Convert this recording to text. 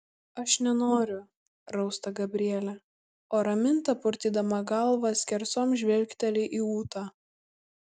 aš nenoriu rausta gabrielė o raminta purtydama galvą skersom žvilgteli į ūtą